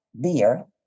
beer